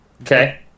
Okay